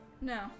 No